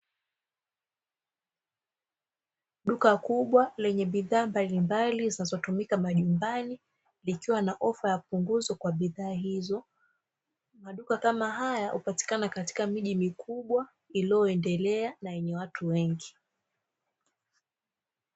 Duka kubwa lenye bidhaa mbalimbali zinazotumika majumbani likiwa na ofa ya punguzo kwa bidhaa hizo, maduka kama haya hupatikana katika miji mikubwa iliyoendelea na yenye watu wengi.